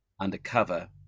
undercover